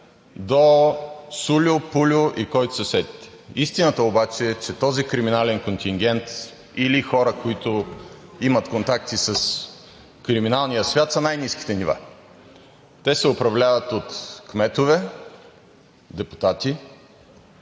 до сульо, пульо и който се сетите. Истината обаче е, че този криминален контингент или хора, които имат контакти с криминалния свят, са най-ниските нива. Те се управляват от кметове, депутати.